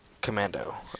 Commando